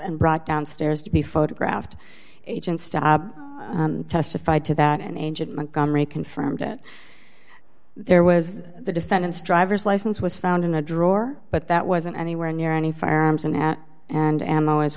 and brought downstairs to be photographed agents testified to that and agent montgomery confirmed it there was the defendant's driver's license was found in a drawer but that wasn't anywhere near any firearms in at and a